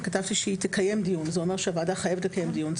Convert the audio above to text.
אני כתבתי היא תקיים דיון וזה אומר שהוועדה חייבת לקיים דיון.